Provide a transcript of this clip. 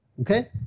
Okay